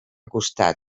costat